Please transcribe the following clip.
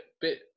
bit